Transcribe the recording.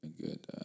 good